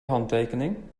handtekening